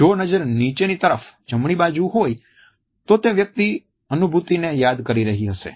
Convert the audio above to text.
જો નજર નીચેની તરફ જમણી બાજુ હોય તો તે વ્યક્તિ અનુભૂતિને યાદ કરી રહી હશે